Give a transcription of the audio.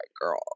girl